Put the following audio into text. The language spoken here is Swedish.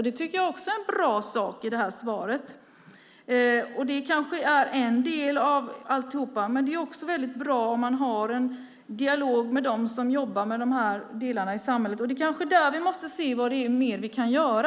Det tycker jag också är en bra sak i svaret. Det kanske är en del av alltihop, men det är också väldigt bra om man har en dialog med dem som jobbar med de här delarna i samhället. Det kanske är där vi måste se vad mer det är vi kan göra.